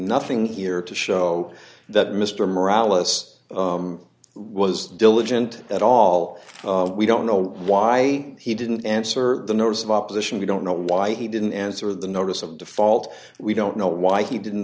nothing here to show that mr morale us was diligent at all we don't know why he didn't answer the notice of opposition we don't know why he didn't answer the notice of default we don't know why he didn't